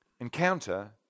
Encounter